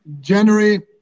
January